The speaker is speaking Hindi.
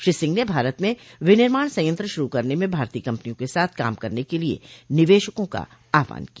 श्री सिंह ने भारत में विनिर्माण संयंत्र शुरू करने में भारतीय कंपनियों के साथ काम करने के लिए निवेशकों का आह्वान किया